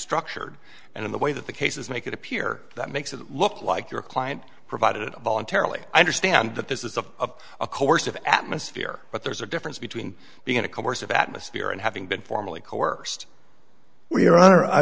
structured and in the way that the cases make it appear that makes it look like your client provided it voluntarily i understand that this is a course of atmosphere but there's a difference between being in a course of atmosphere and having been formally co work